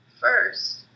First